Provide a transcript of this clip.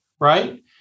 right